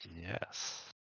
Yes